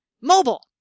mobile